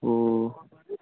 ഓ